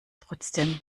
trotzdem